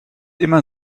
immer